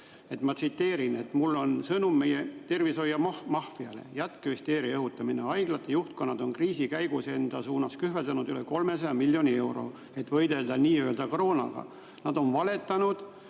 Ma tsiteerin: "Mul on sõnum meie tervishoiumaffiale: jätke hüsteeria õhutamine. Haiglate juhtkonnad on kriisi käigus enda suunas kühveldanud üle 300 miljoni euro, et võidelda nii-öelda kroonaga. Nad on valetanud